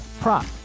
prop